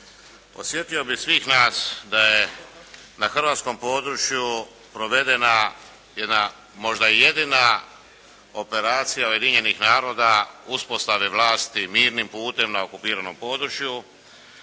Podsjetio bi svih nas da je na hrvatskom području provedena jedna i možda jedina operacija Ujedinjenih naroda uspostave vlasti mirnim putem na okupiranom području,